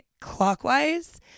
clockwise